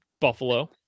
Buffalo